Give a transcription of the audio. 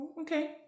Okay